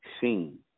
seen